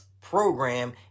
program